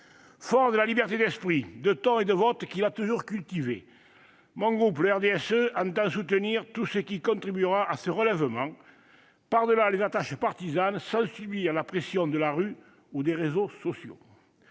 Fort de la liberté d'esprit, de ton et de vote qu'il a toujours cultivée, mon groupe, le RDSE, entend soutenir tout ce qui contribuera à ce relèvement, par-delà les attaches partisanes, sans subir la pression de la rue ou des réseaux sociaux.